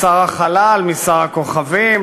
לשר החלל משר הכוכבים,